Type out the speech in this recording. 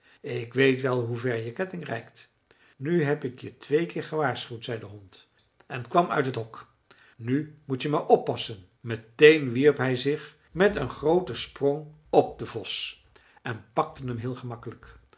ik weet wel hoever je ketting reikt nu heb ik je twee keer gewaarschuwd zei de hond en kwam uit het hok nu moet je maar oppassen meteen wierp hij zich met een grooten sprong op den vos en pakte hem heel gemakkelijk